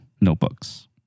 notebooks